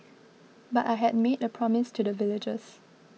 but I had made a promise to the villagers